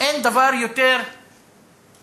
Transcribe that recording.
שאין דבר יותר סביר,